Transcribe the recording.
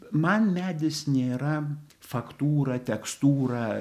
man medis nėra faktūra tekstūra